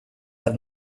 had